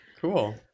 cool